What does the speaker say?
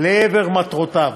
לעבר מטרותיו.